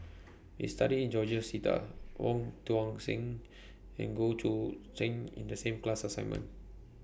We studied George Sita Wong Tuang Seng and Goh Choo San in The same class assignment